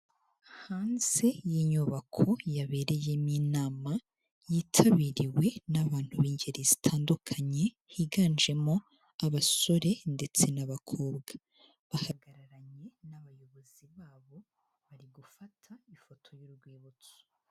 Hanze y'inyubako yabereyemo inama yitabiriwe n'abantu b'ingeri zitandukanye higanjemo abasore ndetse n'abakobwa, bahagararanye n'abayobozi babo bari gufata ifoto y'urwibutso.